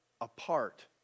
apart